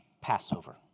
Passover